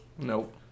Nope